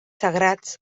sagrats